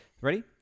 Ready